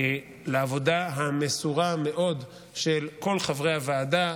העבודה המסורה מאוד של כל חברי הוועדה,